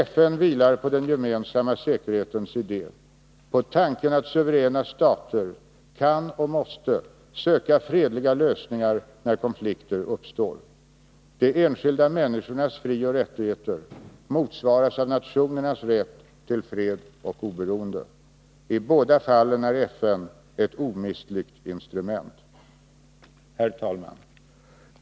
FN vilar på den gemensamma säkerhetens idé, på tanken att suveräna stater kan och måste söka fredliga lösningar när konflikter uppstår. De enskilda människornas frioch rättigheter motsvaras av nationernas rätt till fred och oberoende. I båda fallen är FN ett omistligt instrument. Herr talman!